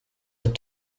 that